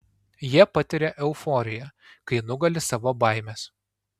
jie patiria euforiją kai nugali savo baimes